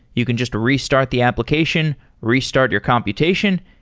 you can just restart the application, restart your computation,